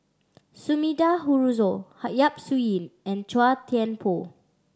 Sumida Haruzo Ha Yap Su Yin and Chua Thian Poh